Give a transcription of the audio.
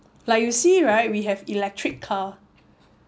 like you see right we have electric car